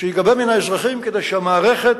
שייגבה מן האזרחים, כדי שהמערכת